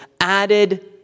added